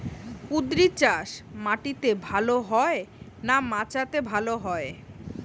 কুঁদরি চাষ মাটিতে ভালো হয় না মাচাতে ভালো হয়?